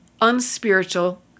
unspiritual